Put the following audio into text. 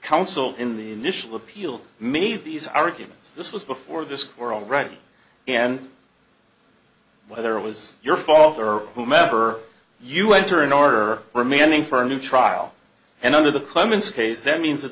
council in the initial appeal made these arguments this was before this were all right and whether it was your father or whomever you enter in order for manning for a new trial and under the clemency case that means that